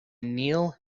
kneel